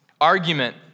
argument